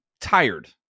tired